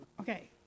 Okay